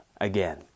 again